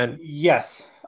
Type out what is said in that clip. Yes